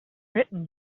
written